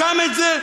גם את זה?